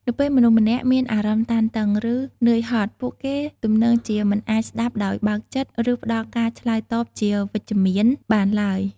នៅពេលមនុស្សម្នាក់មានអារម្មណ៍តានតឹង ឬនឿយហត់ ពួកគេទំនងជាមិនអាចស្ដាប់ដោយបើកចិត្ត ឬផ្ដល់ការឆ្លើយតបជាវិជ្ជមានបានឡើយ។